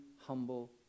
humble